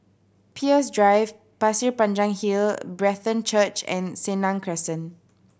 Peirce Drive Pasir Panjang Hill Brethren Church and Senang Crescent